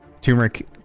Turmeric